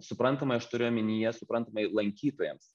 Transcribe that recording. suprantamai aš turiu omenyje suprantamai lankytojams